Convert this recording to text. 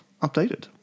updated